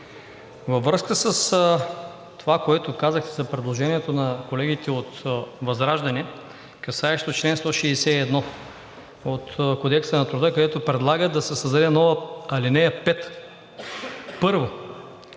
във връзка с това, което казахте за предложението на колегите от ВЪЗРАЖДАНЕ, касаещо чл. 161 от Кодекса на труда, където предлагат да се създаде нова ал. 5. Първо,